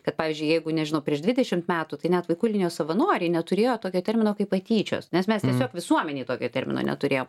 kad pavyzdžiui jeigu nežinau prieš dvidešim metų tai net vaikų linijos savanoriai neturėjo tokio termino kaip patyčios nes mes tiesiog visuomenėj tokio termino neturėjom